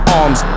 arms